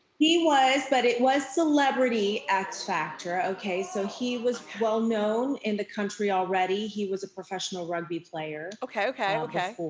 he was, but it was celebrity x factor okay, so he was well known in the country already. he was a professional rugby player, before. okay okay, okay.